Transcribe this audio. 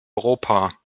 europa